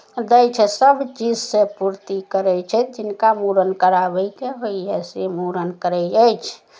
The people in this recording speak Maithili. दै छथि सभ चीजसँ पूर्ति करै छथि जिनका मूड़न कराबयके होइए से मूड़न करै अछि